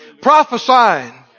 prophesying